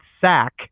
sack